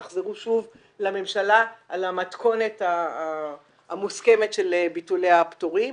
תחזרו שוב לממשלה על המתכונת המוסכמת של ביטולי הפטורים.